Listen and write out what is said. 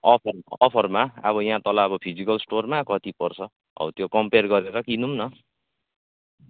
offer अफरमा अब यहाँ तल अब फिजिकल स्टोरमा कति पर्छ हो त्यो कम्पेयर गरेर किनौँ न